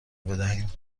بدهیم